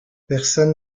personne